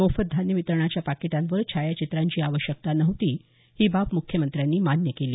मोफत धान्य वितरणाच्या पाकिटांवर छायाचित्रांची आवश्यकता नव्हती ही बाब मुख्यमंत्र्यांनी मान्य केली